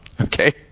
Okay